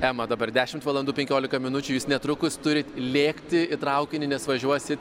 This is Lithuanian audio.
ema dabar dešimt valandų penkiolika minučių jūs netrukus turit lėkti į traukinį nes važiuosi